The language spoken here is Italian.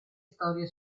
storie